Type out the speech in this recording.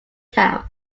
town